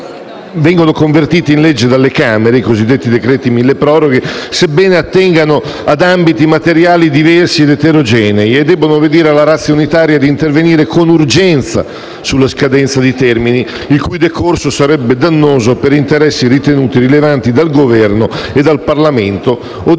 vengono convertiti in legge dalle Camere, sebbene attengano ad ambiti materiali diversi ed eterogenei, devono obbedire alla *ratio* unitaria di intervenire con urgenza sulla scadenza di termini il cui decorso sarebbe dannoso per interessi ritenuti rilevanti dal Governo e dal Parlamento, o di incidere